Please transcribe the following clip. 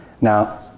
now